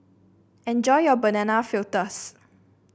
enjoy your Banana Fritters